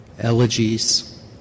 elegies